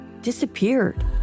disappeared